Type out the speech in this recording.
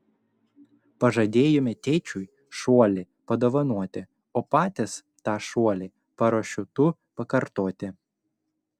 pažadėjome tėčiui šuolį padovanoti o patys tą šuolį parašiutu pakartoti